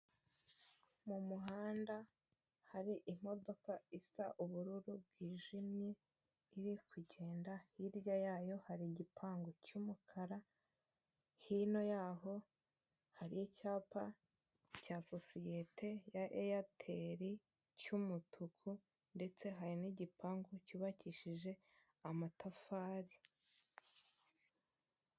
Mu muhanda hari imodoka isa ubururu bwijimye iri kugenda, hirya yayo hari igipangu cy'umukara, hino y'aho hari icyapa cya sosiyete ya eyateri cy'umutuku ndetse hari n'igipangu cyubakishije amatafari.